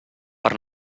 per